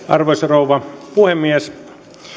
arvoisa rouva puhemies